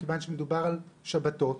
מכיוון שמדובר על שבתות,